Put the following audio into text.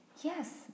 Yes